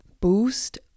boost